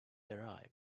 derived